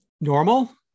normal